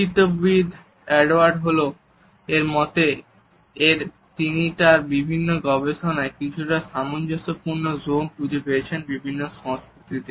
নৃতত্ত্ববিদ Edward Hall এর মতে এর তিনি তার বিভিন্ন গবেষণায় কিছু সামঞ্জস্যপূর্ণ জোন খুঁজে পেয়েছেন বিভিন্ন সংস্কৃতিতে